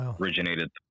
originated